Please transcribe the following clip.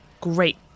Great